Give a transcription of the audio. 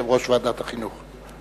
יושב-ראש ועדת החינוך.